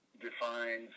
defines